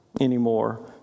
anymore